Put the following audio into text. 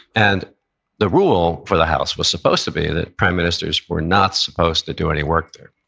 and the rule for the house was supposed to be that prime ministers were not supposed to do any work there.